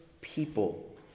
people